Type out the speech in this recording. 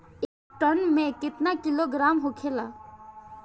एक टन मे केतना किलोग्राम होखेला?